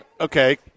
Okay